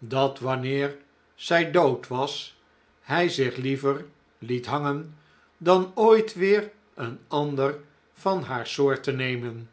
dat wanneer zij dood was hij zich liever liet hangen dan ooit weer een ander van haar soort te nemen